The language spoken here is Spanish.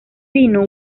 vino